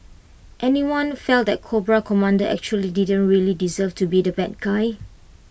anyone felt that Cobra Commander actually didn't really deserve to be the bad guy